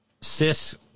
cis